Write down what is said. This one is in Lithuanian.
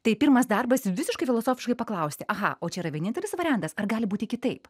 tai pirmas darbas visiškai filosofiškai paklausti aha o čia yra vienintelis variantas ar gali būti kitaip